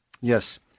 Yes